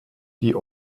die